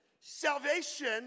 Salvation